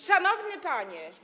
Szanowny Panie!